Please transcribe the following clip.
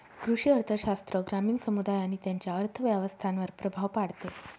कृषी अर्थशास्त्र ग्रामीण समुदाय आणि त्यांच्या अर्थव्यवस्थांवर प्रभाव पाडते